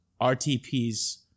RTP's